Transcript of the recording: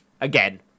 Again